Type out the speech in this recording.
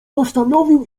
postanowił